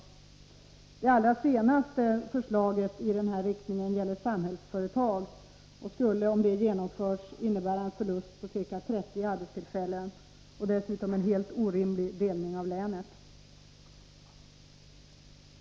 Det allra senaste förslaget i den här riktningen gäller Samhällsföretag och skulle, om det genomförs, innebära en förlust på ca 30 arbetstillfällen och dessutom en helt orimlig delning av länet.